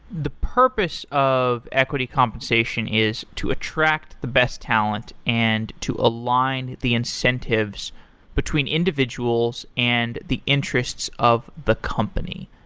the purpose of equity compensation is to attract the best talent and to align the incentives between individuals and the interests of the company.